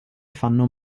fanno